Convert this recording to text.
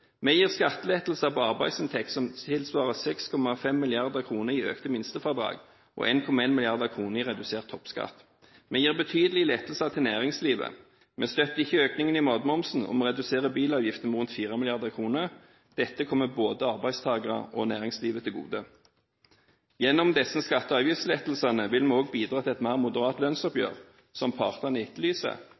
Vi gir skattelettelser på arbeidsinntekt, som tilsvarer 6,5 mrd. kr i økt minstefradrag og 1,1 mrd. kr i redusert toppskatt. Vi gir betydelige lettelser til næringslivet. Vi støtter ikke økningen i matmomsen, og vi reduserer bilavgiftene med rundt 4 mrd. kr. Dette kommer både arbeidstakere og næringslivet til gode. Gjennom disse skatte- og avgiftslettelsene vil vi også bidra til et mer moderat lønnsoppgjør, som partene etterlyser,